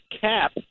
cap